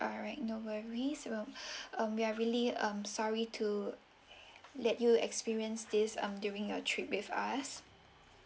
alright no worries will um we are really um sorry to let you experience this um during your trip with us